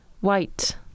White